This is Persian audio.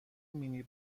مینی